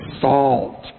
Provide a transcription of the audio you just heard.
salt